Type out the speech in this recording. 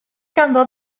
ganddo